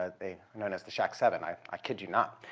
ah they are known as the shac seven. i i kid you not.